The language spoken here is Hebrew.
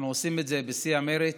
אנחנו עושים את זה בשיא המרץ,